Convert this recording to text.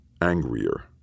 angrier